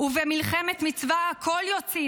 ו"במלחמת מצווה הכול יוצאין,